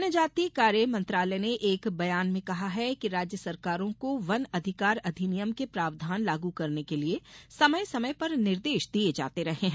जनजातीय कार्य मंत्रालय ने एक बयान में कहा है कि राज्य सरकारों को वन अधिकार अधिनियम के प्रावधान लागू करने के लिए समय समय पर निर्देश दिए जाते रहे हैं